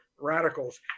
radicals